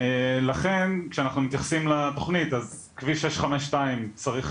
ולכן כשאנחנו מתייחסים לתכנית אז כביש 652 צריך